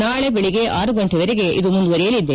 ನಾಳೆ ಬೆಳಗ್ಗೆ ಆರು ಗಂಟೆವರೆಗೆ ಮುಂದುವರೆಯಲಿದೆ